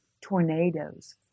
tornadoes